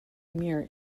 mirror